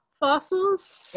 fossils